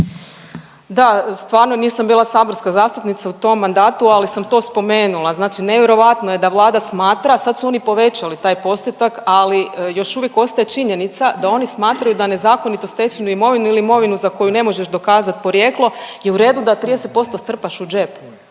Da, stvarno nisam bila saborska zastupnica u tom mandatu, ali sam to spomenula. Znači nevjerojatno je da Vlada smatra, sad su oni povećali taj postotak, ali još uvijek ostaje činjenica da oni smatraju da nezakonito stečenu imovinu ili imovinu za koju ne možeš dokazati porijeklo je u redu da 30% strpaš u džep.